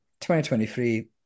2023